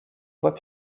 voie